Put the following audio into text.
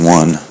one